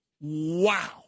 Wow